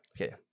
Okay